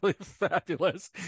Fabulous